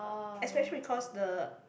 especially because the